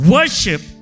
Worship